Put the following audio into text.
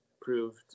proved